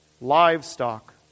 Livestock